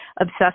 obsessed